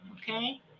okay